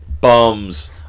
Bums